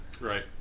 Right